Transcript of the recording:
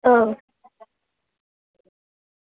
आं